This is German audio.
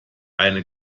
eine